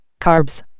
Carbs